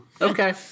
Okay